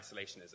isolationism